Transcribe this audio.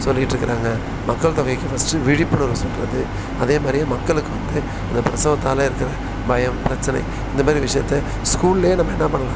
சொல்லிட்டுருக்கிறாங்க மக்கள் தொகைக்கு ஃபஸ்ட்டு விழிப்புணர்வு சொல்கிறது அதே மாதிரியே மக்களுக்கு வந்து அந்த பிரசவத்தால் இருக்கிற பயம் பிரச்சனை இந்த மாதிரி விஷயத்த ஸ்கூல்லயே நம்ம என்ன பண்ணலாம்